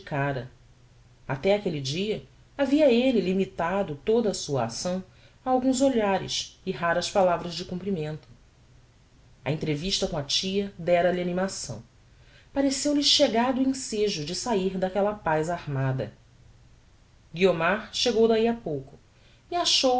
indicara até aquelle dia havia elle limitado toda a sua acção a alguns olhares e raras palavras de comprimento a entrevista com a tia dera-lhe animação pareceu-lhe chegado o ensejo de sair daquella paz armada guiomar chegou d'ahi a pouco e achou-os